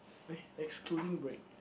eh excluding break